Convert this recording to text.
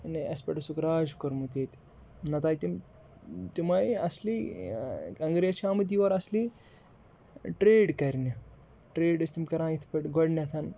یعنی اَسہِ پٮ۪ٹھ اوسُکھ راج کوٚرمُت ییٚتہِ نَتہٕ آے تِم تِم آے اصلی انٛگریز چھِ آمٕتۍ یور اصلی ٹرٛیڈ کَرنہِ ٹرٛیڈ ٲسۍ تِم کَران یِتھ پٲٹھۍ گۄڈنٮ۪تھ